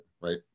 right